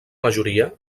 majoria